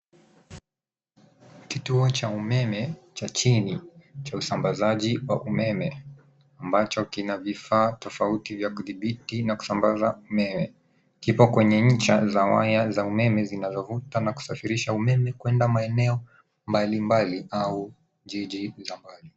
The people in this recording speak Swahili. Kituo cha umeme cha chini cha usambazaji wa umeme ambacho kina vifaa tofauti vya kudhibiti na kusambaza umeme. Kipo kwenye ncha za waya za umeme zinazovuta na kusafirisha umeme kuenda maeneo mbalimbali au jiji za mbali.